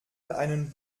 einen